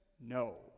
no